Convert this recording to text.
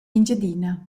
engiadina